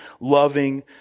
loving